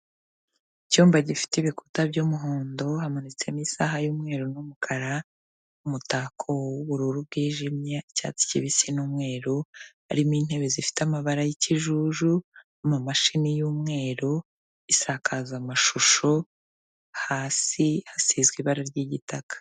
Icyumba gifite ibikuta by'umuhondo, hamanitsemo isaha y'umweru n'umukara, n'umutako w'ubururu bwijimye, icyatsi kibisi n'umweru, harimo intebe zifite amabara y'ikijuju, amamashini y'umweru, isakazamashusho, hasi hasizwe ibara ry'igitaka.